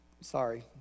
sorry